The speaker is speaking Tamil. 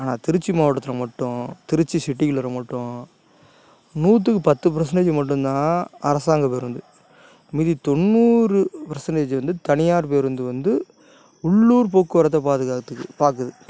ஆனால் திருச்சி மாவட்டத்தில் மட்டும் திருச்சி சிட்டிக்குள்ளாக மட்டும் நூற்றுக்கு பத்து பர்சண்டேஜ் மட்டும்தான் அரசாங்க பேருந்து மீதி தொண்ணூறு பர்சண்டேஜ் வந்து தனியார் பேருந்து வந்து உள்ளூர் போக்குவரத்தை பாதுகாத்துகுது பாக்குது